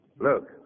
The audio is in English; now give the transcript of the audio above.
Look